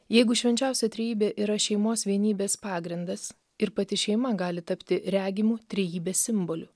jeigu švenčiausia trejybė yra šeimos vienybės pagrindas ir pati šeima gali tapti regimu trejybės simboliu